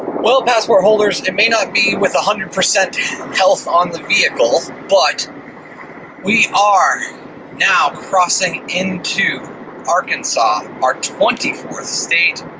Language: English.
well, passport holders, it may not be with one hundred percent health on the vehicle, but we are now crossing into arkansas, our twenty fourth state,